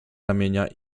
ramienia